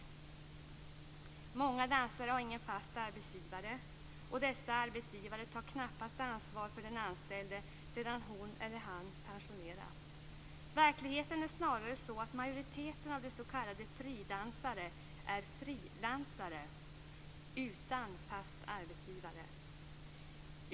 Många dansare har ingen fast arbetsgivare, och dessa arbetsgivare tar knappast ansvar för den anställde sedan hon/han pensionerats. Verkligheten är snarare att majoriteten av de s.k. fridansarna är frilansare, utan fast arbetsgivare.